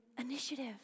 initiative